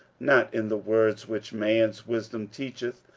not in the words which man's wisdom teacheth,